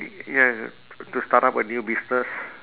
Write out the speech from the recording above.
ya t~ to start up a new business